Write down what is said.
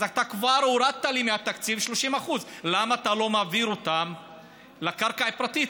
אז אתה כבר הורדת לי מהתקציב 30%. למה אתה לא מעביר אותם לקרקע הפרטית,